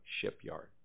shipyard